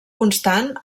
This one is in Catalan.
constant